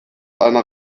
einer